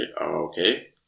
Okay